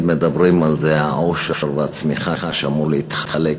מדברים על זה שהעושר והצמיחה אמורים להתחלק,